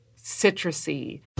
citrusy